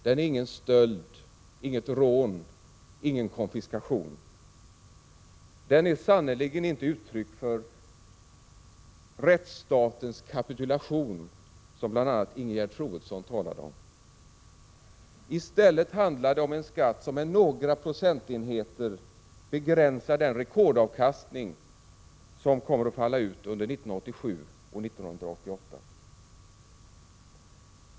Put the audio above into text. Den är ingen stöld, inget rån, ingen konfiskation. Den är sannerligen inte uttryck för rättsstatens kapitulation, som bl.a. Ingegerd Troedsson har talat om. I stället handlar det 2 om en skatt som med några procentenheter begränsar den rekordavkastning som kommer att falla ut under 1987 och 1988.